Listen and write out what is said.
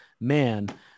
man